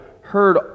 heard